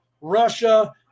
Russia